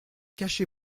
cachez